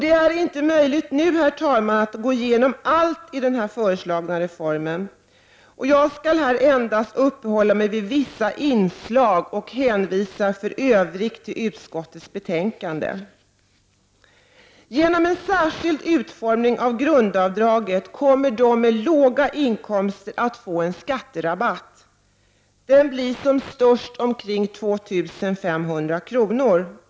Det är inte möjligt att nu gå igenom allt i den föreslagna reformen. Jag skall här endast uppehålla mig vid vissa inslag och hänvisar i Övrigt till utskottets betänkande. Genom en särskild utformning av grundavdraget kommer de med låga inkomster att få en skatterabatt. Den blir som störst ca 2 500 kr.